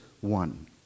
one